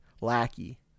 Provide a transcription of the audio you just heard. lackey